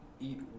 eat